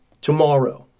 tomorrow